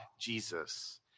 Jesus